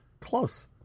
Close